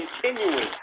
continuing